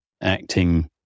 acting